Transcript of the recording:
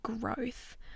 growth